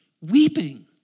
weeping